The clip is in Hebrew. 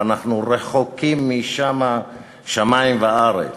ואנחנו רחוקים משם כרחוק שמים וארץ.